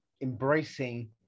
embracing